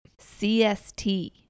CST